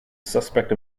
suspect